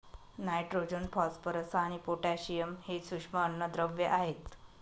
nitrogen, phosphorus आणि potassium हे सूक्ष्म अन्नद्रव्ये आहेत